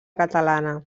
catalana